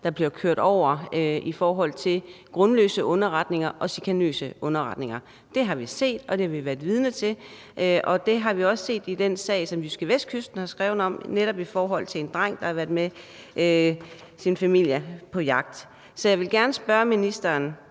der bliver kørt over i forhold til grundløse underretninger og chikanøse underretninger. Det har vi set, og det har vi været vidne til, og det har vi også set i den sag, som JydskeVestkysten har skrevet om, netop i forhold til en dreng, der har været med sin familie på jagt. Så jeg vil gerne spørge ministeren: